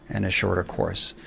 and a shorter course.